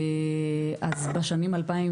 בשנים 2017,